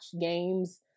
games